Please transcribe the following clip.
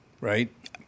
right